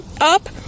up